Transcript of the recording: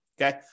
Okay